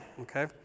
okay